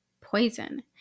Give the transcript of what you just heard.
poison